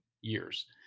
years